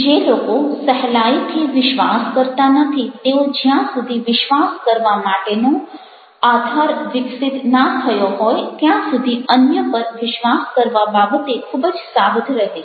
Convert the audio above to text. જે લોકો સહેલાઈથી વિશ્વાસ કરતા નથી તેઓ જ્યાં સુધી વિશ્વાસ કરવા માટેનો આધાર વિકસિત ના થયો હોય ત્યાં સુધી અન્ય પર વિશ્વાસ કરવા બાબતે ખૂબ જ સાવધ રહે છે